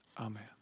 Amen